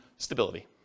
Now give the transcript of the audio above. Stability